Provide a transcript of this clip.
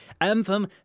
Anthem